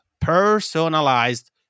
Personalized